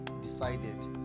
decided